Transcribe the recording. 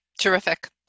Terrific